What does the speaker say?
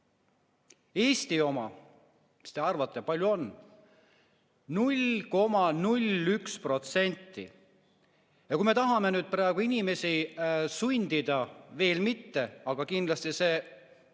Eesti oma, mis te arvate, kui palju on? 0,01%. Ja kui me tahame praegu inimesi sundida – veel mitte, aga kindlasti see